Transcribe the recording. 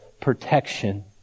protection